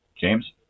James